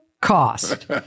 cost